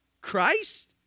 Christ